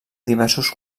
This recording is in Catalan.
diversos